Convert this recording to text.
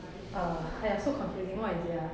err !aiya! so confusing what is it ah